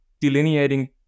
delineating